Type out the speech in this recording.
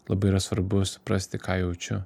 labai yra svarbu suprasti ką jaučiu